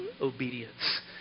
obedience